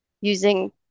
using